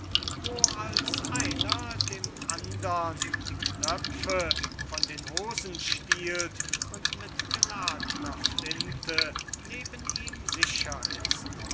wo als einer dem andern die knöpfe von den hosen stihlt und mit geladener flinte neben ihm sicher ist